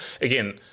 again